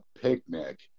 picnic